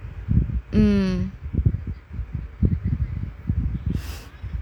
um